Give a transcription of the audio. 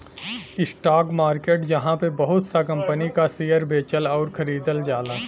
stock market जहाँ पे बहुत सा कंपनी क शेयर बेचल आउर खरीदल जाला